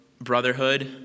brotherhood